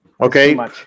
Okay